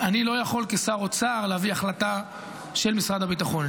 -- אני כשר אוצר לא יכול להביא החלטה של משרד הביטחון.